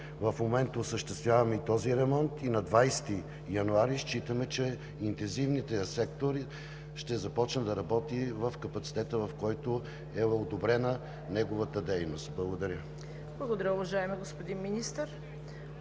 в момента осъществяваме и този ремонт и на 20 януари считаме, че Интензивният сектор ще започне да работи в капацитета, в който е одобрена неговата дейност. Благодаря. ПРЕДСЕДАТЕЛ ЦВЕТА КАРАЯНЧЕВА: Благодаря, уважаеми господин Министър.